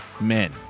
men